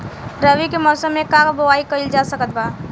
रवि के मौसम में का बोआई कईल जा सकत बा?